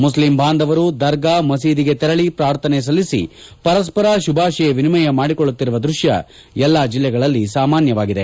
Muslim ಬಾಂಧವರು ದರ್ಗಾ ಮಸೀದಿಗೆ ತೆರಳಿ ಪ್ರಾರ್ಥನೆ ಸಲ್ಲಿಸಿ ಪರಸ್ಪರ ಶುಭಾಶಯ ವಿನಿಮಯ ಮಾಡಿಕೊಳ್ಳುತ್ತಿರುವ ದೃಶ್ಯ ಎಲ್ಲ ಜಿಲ್ಲೆಗಳಲ್ಲಿ ಸಾಮಾನ್ಯವಾಗಿದೆ